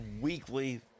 weekly